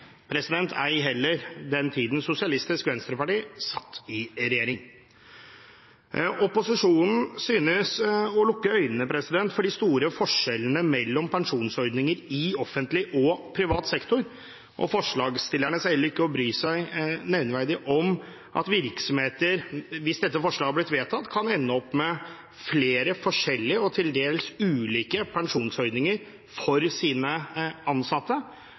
ei heller den tiden Sosialistisk Venstreparti satt i regjering. Opposisjonen synes å lukke øynene for de store forskjellene mellom pensjonsordninger i offentlig og privat sektor. Forslagsstillerne ser heller ikke ut til å bry seg nevneverdig om at virksomheter, hvis dette forslaget hadde blitt vedtatt, kan ende opp med flere forskjellige og til dels ulike pensjonsordninger for sine ansatte,